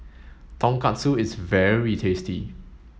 Tonkatsu is very tasty